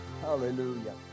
Hallelujah